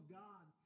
god